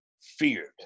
feared